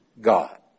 God